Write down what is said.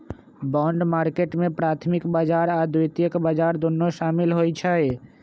bond market में प्राथमिक बजार आऽ द्वितीयक बजार दुन्नो सामिल होइ छइ